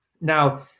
Now